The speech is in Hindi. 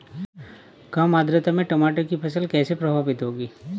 कम आर्द्रता में टमाटर की फसल कैसे प्रभावित होगी?